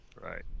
Right